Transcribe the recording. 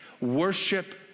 worship